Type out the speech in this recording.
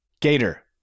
Gator